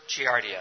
Giardia